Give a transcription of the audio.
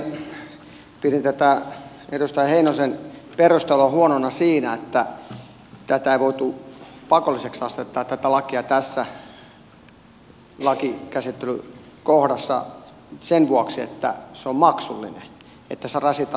pidin tätä edustaja heinosen perustelua huonona siinä että ei voitu pakolliseksi asettaa tätä lakia tässä lainkäsittelykohdassa sen vuoksi että se on maksullinen että se rasittaa liikaa järjestöjen taloutta